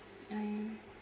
I